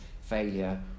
failure